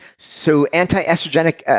so anti-estrogenic